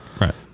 Right